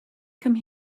come